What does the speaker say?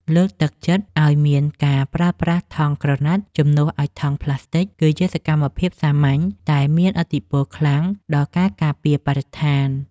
លើកទឹកចិត្តឱ្យមានការប្រើប្រាស់ថង់ក្រណាត់ជំនួសឱ្យថង់ប្លាស្ទិកគឺជាសកម្មភាពសាមញ្ញតែមានឥទ្ធិពលខ្លាំងដល់ការការពារបរិស្ថាន។